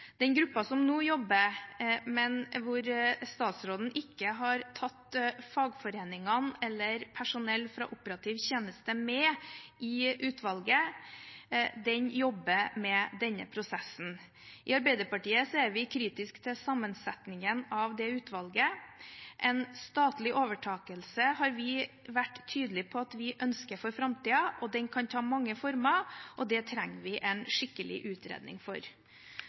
Den gruppen som nå jobber, hvor statsråden ikke har tatt fagforeningene eller personell fra operativ tjeneste med i utvalget, jobber med denne prosessen. I Arbeiderpartiet er vi kritisk til sammensetningen av det utvalget. En statlig overtakelse har vi vært tydelig på at vi ønsker for framtiden. Den kan ta mange former, og det trenger vi en skikkelig utredning